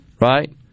right